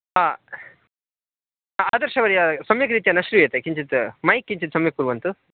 हा आदर्शवर्याः सम्यक् रीत्या न श्रूयते किञ्चित् मैक् किञ्चित् सम्यक् कुर्वन्तु